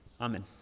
Amen